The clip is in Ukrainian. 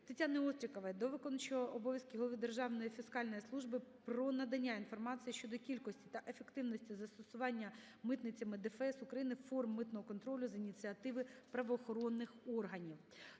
ТетяниОстрікової до виконуючого обов'язки голови Державної фіскальної служби про надання інформації щодо кількості та ефективності застосування митницями ДФС України форм митного контролю з ініціативи правоохоронних органів.